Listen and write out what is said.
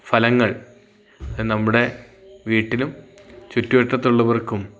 ഫലങ്ങൾ അത് നമ്മുടെ വീട്ടിലും ചുറ്റുവട്ടത്ത് ഉള്ളവർക്കും